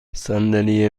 صندلی